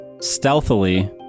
stealthily